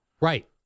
Right